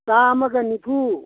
ꯆꯥꯃꯒ ꯅꯤꯐꯨ